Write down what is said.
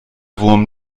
wurm